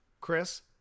chris